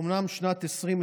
אומנם שנת 2020